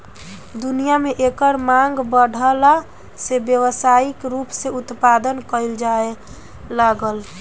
दुनिया में एकर मांग बाढ़ला से व्यावसायिक रूप से उत्पदान कईल जाए लागल